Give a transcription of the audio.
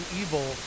evil